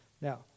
Now